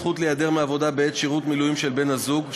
זכות להיעדר מעבודה בעת שירות מילואים של בן-הזוג),